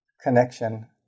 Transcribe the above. connection